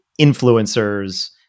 influencers